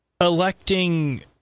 electing